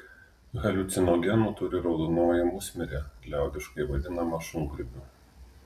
haliucinogenų turi raudonoji musmirė liaudiškai vadinama šungrybiu